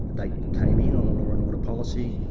they came in on a law and order policy,